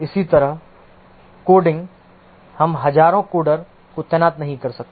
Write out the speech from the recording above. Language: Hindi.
इसी तरह कोडिंग हम हजारों कोडर को तैनात नहीं कर सकते